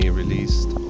released